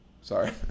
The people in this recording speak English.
Sorry